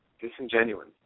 disingenuous